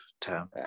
term